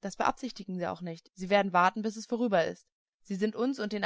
das beabsichtigen sie auch nicht sie werden warten bis es vorüber ist sie sind uns und den